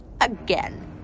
again